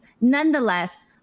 Nonetheless